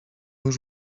już